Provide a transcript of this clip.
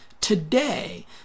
today